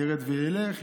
ירד וילך,